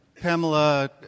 Pamela